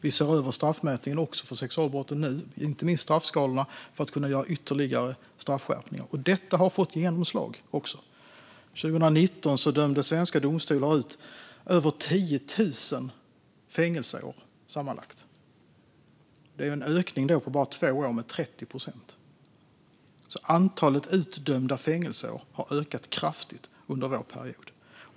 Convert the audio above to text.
Vi ser över straffmätningen för sexualbrotten även nu, inte minst straffskalorna, för att kunna göra ytterligare straffskärpningar. Detta har också fått genomslag. År 2019 dömde svenska domstolar ut sammanlagt över 10 000 fängelseår. Det är en ökning med 30 procent på bara två år. Antalet utdömda fängelseår har alltså ökat kraftigt under vår period.